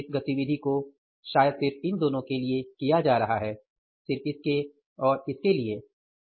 इस गतिविधि को शायद सिर्फ इन दोनों के लिए किया जा रहा है सिर्फ इसके और इसके लिए